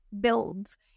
builds